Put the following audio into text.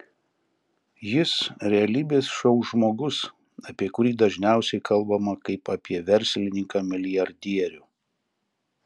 jis realybės šou žmogus apie kurį dažniausiai kalbama kaip apie verslininką milijardierių